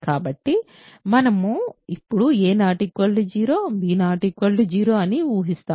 కాబట్టి మనము ఇప్పుడు a 0 b 0 అని ఊహిస్తాము